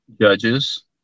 judges